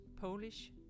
Polish